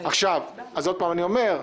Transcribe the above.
אז עוד פעם אני אומר: